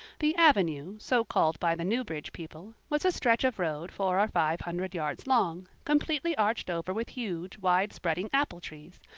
the avenue, so called by the newbridge people, was a stretch of road four or five hundred yards long, completely arched over with huge, wide-spreading apple-trees,